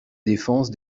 défense